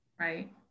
right